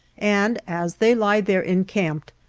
and as they lie there encamped,